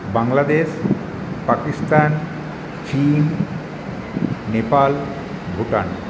বাংলাদেশ পাকিস্তান চিন নেপাল ভুটান